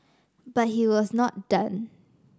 but he was not done